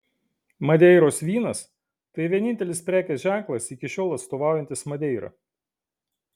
madeiros vynas tai vienintelis prekės ženklas iki šiol atstovaujantis madeirą